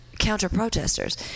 counter-protesters